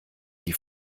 die